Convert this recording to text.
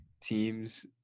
teams